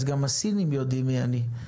אז גם הסינים יודעים מי אני,